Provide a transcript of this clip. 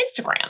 Instagram